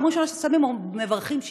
בפעם ראשונה ששמים אותה מברכים "שהחיינו",